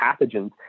pathogens